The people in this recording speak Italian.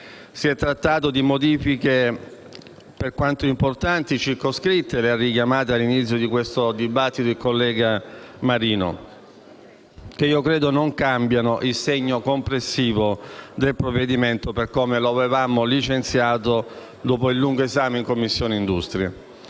Si è trattato di modifiche circoscritte, per quanto importanti, richiamate all'inizio di questo dibattito dal collega Marino, che non credo cambino il segno complessivo del provvedimento per come lo avevamo licenziato dopo il lungo esame in Commissione Industria.